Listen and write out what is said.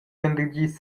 venderdis